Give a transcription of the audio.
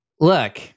look